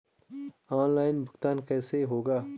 Online भुगतान कैसे होगा?